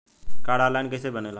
Card online कइसे बनेला?